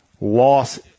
loss